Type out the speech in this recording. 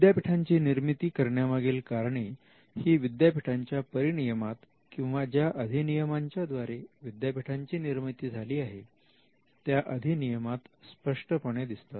विद्यापीठांची निर्मिती करण्यामागील कारणे ही विद्यापीठांच्या परीनियमात किंवा ज्या अधिनियमांच्या द्वारे विद्यापीठांची निर्मिती झाली आहे हे त्या अधिनियमात स्पष्टपणे दिसतात